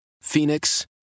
Phoenix